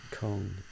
Kong